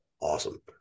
awesome